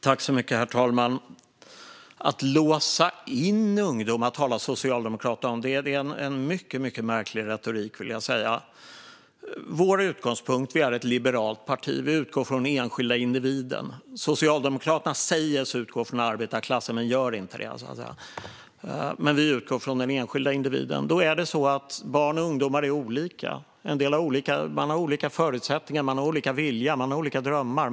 Herr talman! Socialdemokraterna talar om att låsa in ungdomar. Det är en mycket märklig retorik, vill jag säga. Vi är ett liberalt parti, och vår utgångspunkt är den enskilda individen. Socialdemokraterna säger sig utgå från arbetarklassen - men gör inte det - medan vi utgår vi från den enskilda individen. Och det är så att barn och ungdomar är olika. De har olika förutsättningar, olika viljor och olika drömmar.